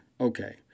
Okay